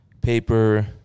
paper